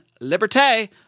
Liberté